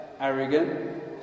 arrogant